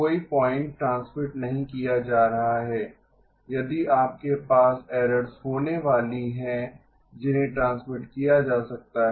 कोई point transmit नहीं किया जा रहा है यदि आपके पास एर्रोर्स होने वाली हैं जिन्हे ट्रांसमिट किया जा सकता है